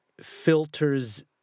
filters